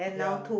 yea